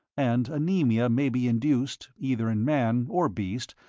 and anaemia may be induced, either in man or beast,